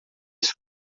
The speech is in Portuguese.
isso